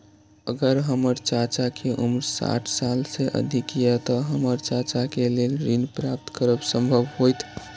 अगर हमर चाचा के उम्र साठ साल से अधिक या ते हमर चाचा के लेल ऋण प्राप्त करब संभव होएत?